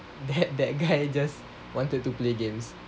that that guy just wanted to play games